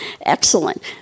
Excellent